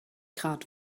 grad